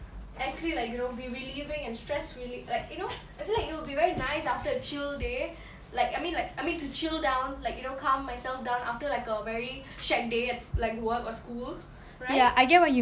actually like you know be relieving and stress relief like you know I feel like it will be very nice after a chill day like I mean like I mean to chill down like you know calm myself down after like a very shag day like work or school right